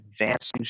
advancing